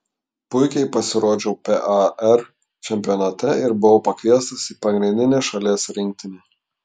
puikiai pasirodžiau par čempionate ir buvau pakviestas į pagrindinę šalies rinktinę